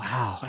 Wow